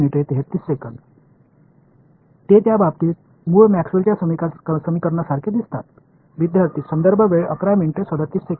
அவை அசல் மேக்ஸ்வெல்லின்Maxwell's சமன்பாடுகளைப் போலவே இருக்கின்றன